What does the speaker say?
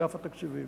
אגף התקציבים.